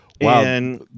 wow